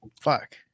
Fuck